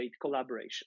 collaboration